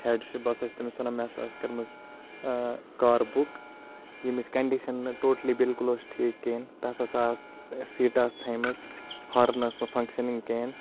head چھ بہٕ ہَسا چھُس تٔمس وَنان مےٚ ہَسا ٲس کٔرمٕژ کار بُک ییٚمِچ کَنڈِشَن نہٕ ٹوٹلی بِلکُل ٲس ٹھیٖک کِہیٖنۍ تَتھ ہَسا آسہٕ سیٖٹہٕ آسہٕ ژھیٚنمَژٕ ہارَن ٲس نہٕ فَنٛگشَننٛگ کِہیٖنۍ